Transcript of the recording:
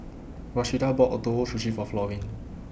Rashida bought Ootoro Sushi For Florine